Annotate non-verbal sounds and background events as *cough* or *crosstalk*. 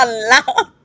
loud *laughs*